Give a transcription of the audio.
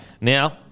Now